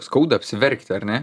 skauda apsiverkti ar ne